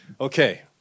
Okay